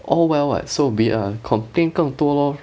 all well [what] so be it lah complain 更多 lor